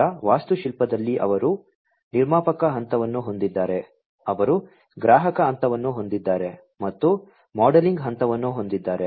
ಅವರ ವಾಸ್ತುಶಿಲ್ಪದಲ್ಲಿ ಅವರು ನಿರ್ಮಾಪಕ ಹಂತವನ್ನು ಹೊಂದಿದ್ದಾರೆ ಅವರು ಗ್ರಾಹಕ ಹಂತವನ್ನು ಹೊಂದಿದ್ದಾರೆ ಮತ್ತು ಮಾಡೆಲಿಂಗ್ ಹಂತವನ್ನು ಹೊಂದಿದ್ದಾರೆ